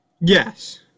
Yes